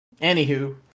anywho